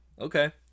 Okay